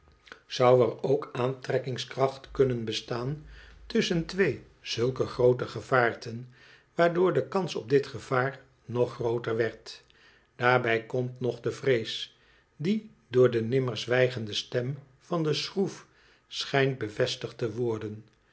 zou er ook aantrekkingskracht kunnen bestaan tusschen twee zulke groote gevaarten waardoor de kans op dit gevaar nog grooter werd daarbij komt nog de vrees die door denimmer zwijgende stem van deschroef schijnt bevestigd te worden